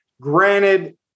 Granted